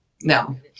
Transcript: no